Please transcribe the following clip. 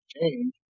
change